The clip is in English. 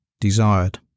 desired